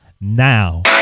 now